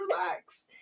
relax